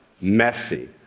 messy